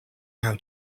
how